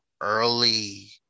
early